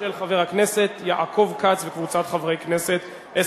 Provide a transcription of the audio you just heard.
של חברת הכנסת יחימוביץ, 15 בעד, 31 נגד,